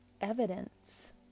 evidence